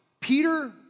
Peter